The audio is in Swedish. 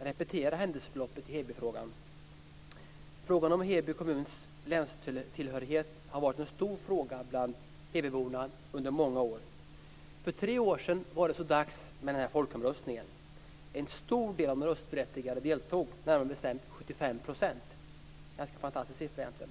repetera händelseförloppet i Hebyfrågan. Frågan om Heby kommuns länstillhörighet har varit en stor fråga bland hebyborna under många år. För tre år sedan var det så dags för folkomröstningen. En stor del av de röstberättigade deltog, närmare bestämt 75 %, en ganska fantastisk siffra egentligen.